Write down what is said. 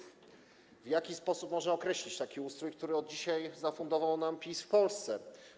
W jaki sposób można określić taki ustrój, który od dzisiaj zafundował nam PiS w Polsce?